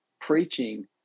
preaching